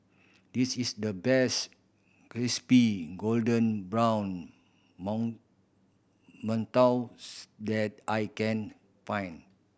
this is the best crispy golden brown mantous that I can find